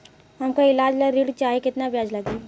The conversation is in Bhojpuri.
हमका ईलाज ला ऋण चाही केतना ब्याज लागी?